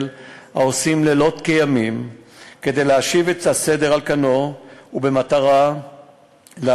העושים לילות כימים כדי להשיב את הסדר על כנו במטרה לאפשר